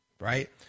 right